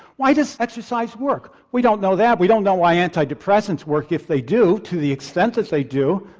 why does exercise work? we don't know that, we don't know why antidepressants work, if they do, to the extent that they do.